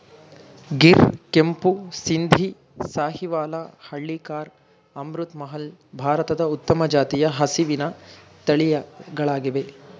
ಗಿರ್, ಕೆಂಪು ಸಿಂಧಿ, ಸಾಹಿವಾಲ, ಹಳ್ಳಿಕಾರ್, ಅಮೃತ್ ಮಹಲ್, ಭಾರತದ ಉತ್ತಮ ಜಾತಿಯ ಹಸಿವಿನ ತಳಿಗಳಾಗಿವೆ